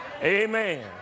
amen